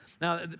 Now